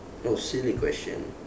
oh silly question